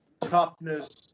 toughness